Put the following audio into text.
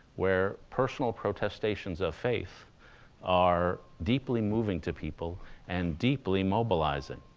where personal protestations of faith are deeply moving to people and deeply mobilizing.